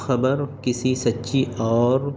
خبر کسی سچی اور